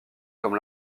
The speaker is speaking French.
comme